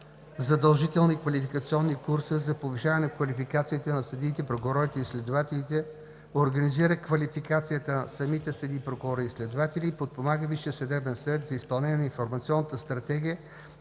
задължителни квалификационни курсове за повишаване квалификациите на съдиите, прокурорите и следователите, организира квалификацията на самите съдии, прокурори и следователи и подпомага Висшия съдебен съвет за изпълнение на Информационната стратегия